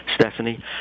Stephanie